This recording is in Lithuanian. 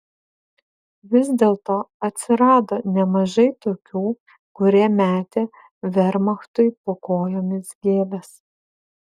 vis dėlto atsirado nemažai tokių kurie metė vermachtui po kojomis gėles